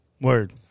Word